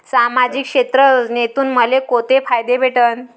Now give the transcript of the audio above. सामाजिक क्षेत्र योजनेतून मले कोंते फायदे भेटन?